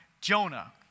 Jonah